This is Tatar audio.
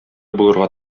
булырга